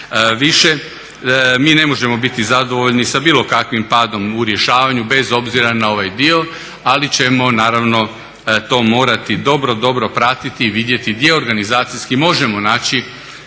više, mi ne možemo biti zadovoljni sa bilo kakvim padom u rješavanju bez obzira na ovaj dio ali ćemo naravno to morati dobro, dobro pratiti i vidjeti gdje organizacijski možemo naći